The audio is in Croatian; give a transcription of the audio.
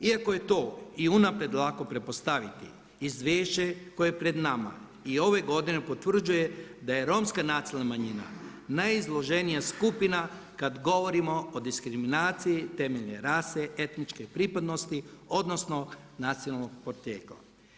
Iako je to i unaprijed lako pretpostaviti Izvješće koje je pred nama i ove godine potvrđuje da je romska nacionalna manjina najizloženija skupina kad govorimo diskriminaciji temeljem rase, etničke pripadnosti odnosno nacionalnog porijekla.